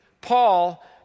Paul